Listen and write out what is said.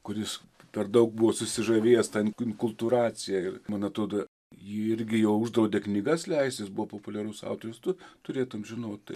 kuris per daug buvo susižavėjęs ta inkultūracija ir man atrodo jį irgi jau uždraudė knygas leisti jis buvo populiarus autorius tu turėtum žinot tai